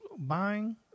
buying